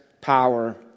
power